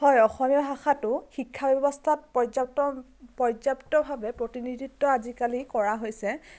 হয় অসমীয়া ভাষাটো শিক্ষা ব্যৱস্থাত পৰ্যাপ্ত পৰ্যাপ্তভাৱে প্ৰতিনিধিত্ব আজিকালি কৰা হৈছে